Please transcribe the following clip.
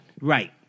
Right